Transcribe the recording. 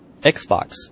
Xbox